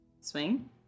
swing